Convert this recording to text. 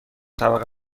طبقه